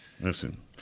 Listen